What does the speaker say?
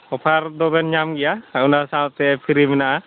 offer ᱫᱚᱵᱮᱱ ᱧᱟᱢ ᱜᱮᱭᱟ ᱚᱱᱟ ᱥᱟᱶᱛᱮ ᱯᱷᱤᱨᱤ ᱢᱮᱱᱟᱜᱼᱟ